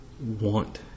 want